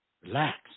Relax